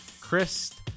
Chris